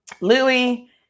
Louis